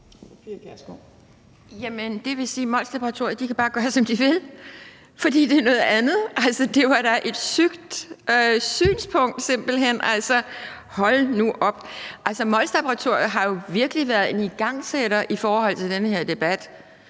Jamen det vil sige, at Molslaboratoriet bare kan gøre, som de vil, fordi det er noget andet. Altså, det var da et sygt synspunkt, simpelt hen altså – hold nu op! Molslaboratoriet har jo virkelig været en igangsætter i forhold til den her debat,